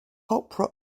opera